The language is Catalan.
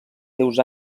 seus